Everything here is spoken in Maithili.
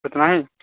उतना ही